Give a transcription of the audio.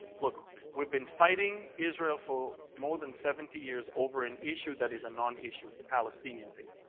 look, we've been fighting israel for more than seventy years over an issue that is a non-issue, the palestinian thing.